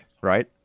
right